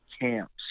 camps